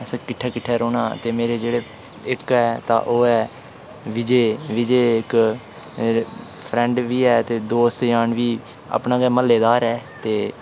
असें किट्ठे किट्ठे रौह्ना ते मेरे जेह्ड़े इक ऐ तां ओह् ऐ विजय विजय इक फ्रेंड बी ऐ ते दोस्त जान बी अपने गै म्हल्लेदार ऐ ते